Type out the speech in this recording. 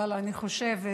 אבל אני חושבת,